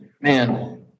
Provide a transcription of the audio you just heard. man